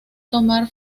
tomar